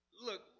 Look